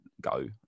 go